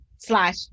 slash